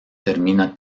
termina